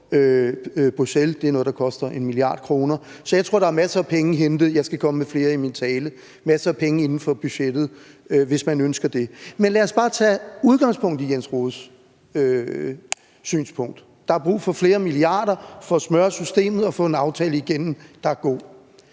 Bruxelles. Det er noget, der koster 1 mia. kr., så jeg tror, at der er masser af penge at hente – og jeg skal komme med mere om det i min tale – inden for budgettet, hvis man ønsker det. Men lad os bare tage udgangspunkt i hr. Jens Rohdes synspunkt. Der er brug for flere milliarder for at smøre systemet og få en aftale, der er god,